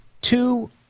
two